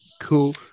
Cool